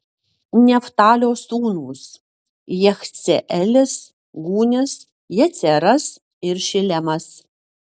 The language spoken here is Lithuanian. neftalio sūnūs jachceelis gūnis jeceras ir šilemas